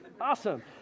awesome